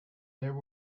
there